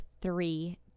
three